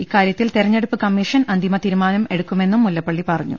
ഇക്കാര്യത്തിൽ തെരഞ്ഞെടുപ്പ് കമ്മീഷൻ അന്തിമ തീരുമാനം എടുക്കുമെന്നും മുല്ലപ്പള്ളി പറഞ്ഞു